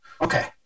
Okay